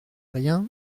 rien